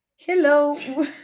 hello